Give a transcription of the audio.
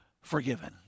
forgiven